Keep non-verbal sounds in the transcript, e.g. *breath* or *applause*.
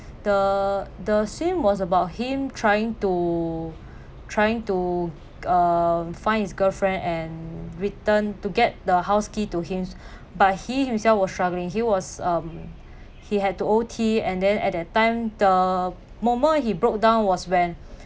the the scene was about him trying to trying to um find his girlfriend and return to get the house key to him *breath* but he himself was struggling he was um he had to O_T and then at that time the moment he broke down was when